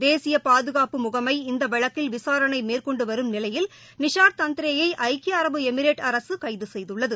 தேசியபாதுகாப்பு முகமை இந்தவழக்கில் விசாரணைமேற்கொண்டுவரும் நிலையில் நிஷார் தந்த்ரேயை ஐக்கிய அரபு எமிரேட் அரசுகைதுசெய்துள்ளது